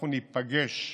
אנחנו ניפגש,